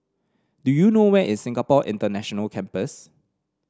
do you know where is Singapore International Campus